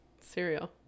Cereal